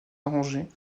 arrangée